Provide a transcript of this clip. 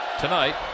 tonight